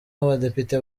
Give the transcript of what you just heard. abadepite